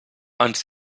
ens